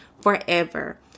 forever